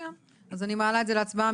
אני מעלה את זה להצבעה.